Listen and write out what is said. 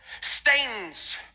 Stains